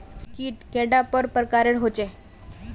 कीट कैडा पर प्रकारेर होचे?